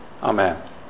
Amen